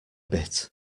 bit